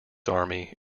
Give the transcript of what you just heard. army